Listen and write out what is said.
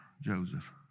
Joseph